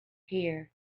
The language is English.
here